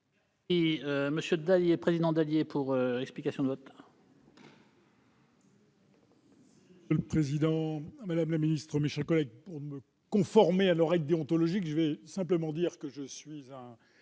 Monsieur le président, madame la secrétaire d'État, mes chers collègues, pour me conformer à nos règles déontologiques, je vais simplement dire que je suis un